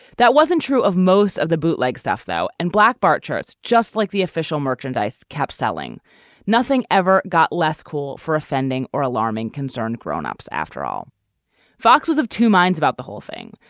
that wasn't true of most of the bootleg stuff though. and black bart charts just like the official merchandise kept selling nothing ever got less cool for offending or alarming concern grown ups after all fox was of two minds about the whole thing.